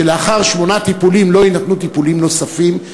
שלאחר שמונה טיפולים לא יינתנו טיפולים נוספים,